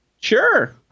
sure